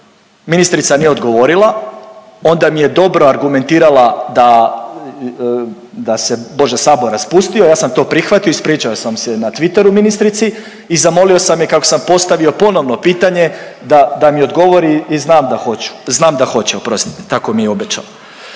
ministrica nije odgovorila, onda mi je dobro argumentirala da se Bože Sabor raspustio ja sam to prihvatio, ispričao sam se na Twitteru ministrici i zamolio sam je kako sam postavio ponovno pitanje da mi odgovori i znam da hoće, tako mi je obećala.